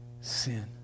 sin